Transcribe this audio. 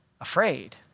afraid